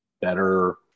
better